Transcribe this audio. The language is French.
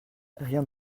rien